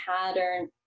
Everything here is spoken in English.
pattern